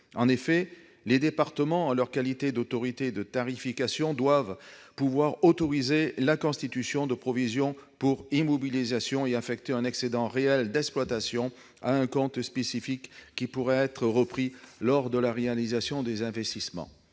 En effet, les départements, en leur qualité d'autorité de tarification, doivent pouvoir autoriser la constitution de provisions pour immobilisations et affecter un excédent réel d'exploitation à un compte spécifique qui pourra être repris lors de la réalisation des investissements.